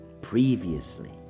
previously